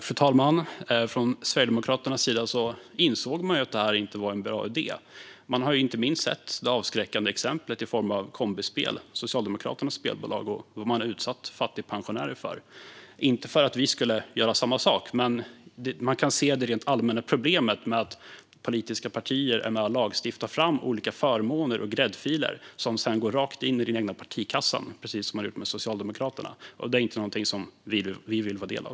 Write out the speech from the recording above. Fru talman! Från Sverigedemokraternas sida insåg man att detta inte var en bra idé. Man hade inte minst sett det avskräckande exemplet i form av Kombispel, Socialdemokraternas spelbolag, och vad de utsatt fattigpensionärer för. Inte för att vi skulle göra samma sak, men man kan se det allmänna problemet med att politiska partier är med och lagstiftar fram olika förmåner och gräddfiler som sedan går rakt in i den egna partikassan, precis som fallet var med Socialdemokraterna. Det är ingenting som vi vill vara en del av.